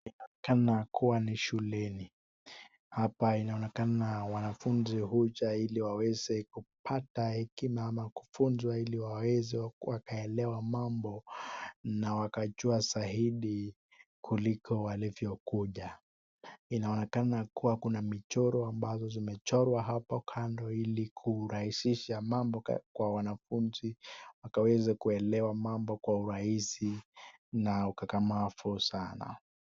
Inaonekana kuwa ni shuleni. Hapa inaonekana wanafunzi huja ili waweze kupata hekima ama kufunzwa ili waweze wakaelewa mambao na wakajua zaidi kuliko walivyokuja. Inaonekana kuwa kuna michoro ambazo zimochorwa hapa kando ili kurahisisha mambo kwa wanafunzi wakaweze kuelewa mambo kwa urahisi mambo sana